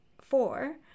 four